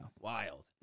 Wild